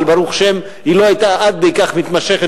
אבל ברוך השם היא לא היתה עד כדי כך מתמשכת